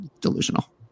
delusional